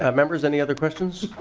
ah members any other questions?